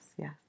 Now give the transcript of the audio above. yes